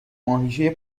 ماهیچه